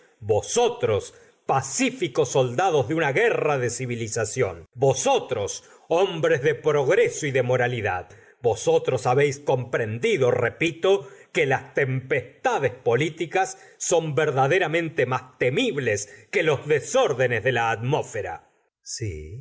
vosotros pacíficos soldados de una guerra de civilización vosotros hombres de progreso y de moralidad vosotros habéis comprendido repito que las tempestades políticas son verdaderamente más temibles que los desórdenes de la atmósfera sí